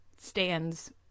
stands